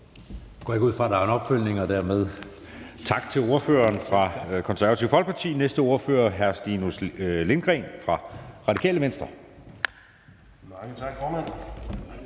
Jeg går ikke ud fra, der er en opfølgning. Dermed tak til ordføreren fra Det Konservative Folkeparti. Næste ordfører er hr. Stinus Lindgreen fra Radikale Venstre. Kl.